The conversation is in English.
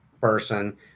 person